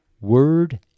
word